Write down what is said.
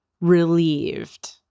relieved